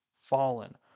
Fallen